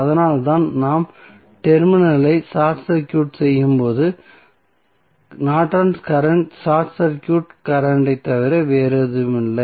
அதனால்தான் நாம் டெர்மினல் ஐ ஷார்ட் சர்க்யூட் செய்யும் போது Norton's current short circuit current ஐத் தவிர வேறில்லை